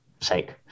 sake